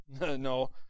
No